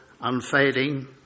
unfading